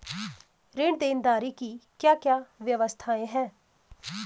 ऋण देनदारी की क्या क्या व्यवस्थाएँ हैं?